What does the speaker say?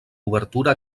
obertura